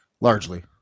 Largely